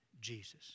Jesus